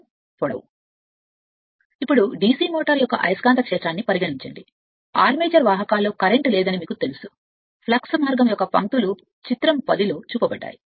ఇప్పుడు ఆర్సీచర్ వాహకాల్లో కరెంట్ లేదని మీకు తెలిసిన DC మోటారు యొక్క అయస్కాంత క్షేత్రాన్ని పరిగణించండి ఫ్లక్స్ మార్గం యొక్క పంక్తులు చిత్రం 10 లో చూపబడ్డాయి